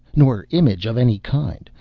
nor image of any kind,